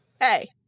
hey